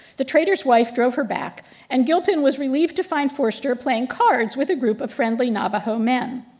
the traders wife drove her back and gilpin was relieved to find forster playing cards with a group of friendly navajo men.